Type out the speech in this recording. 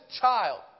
child